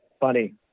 funny